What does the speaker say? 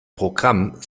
programm